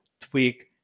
tweak